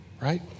right